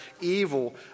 evil